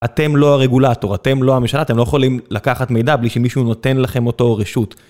אתם לא הרגולטור, אתם לא הממשלה, אתם לא יכולים לקחת מידע בלי שמישהו נותן לכם אותו רשות.